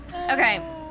Okay